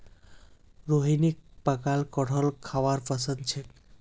रोहिणीक पकाल कठहल खाबार पसंद छेक